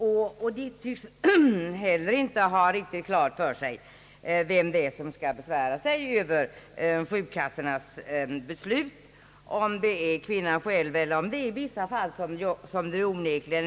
Kassorna tycks inte heller ha klart för sig om det är kvinnorna själva eller deras arbetsgivare som skall besvära sig över fattade beslut.